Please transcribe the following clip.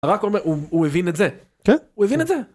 הוא הבין את זה, הוא הבין את זה.